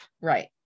Right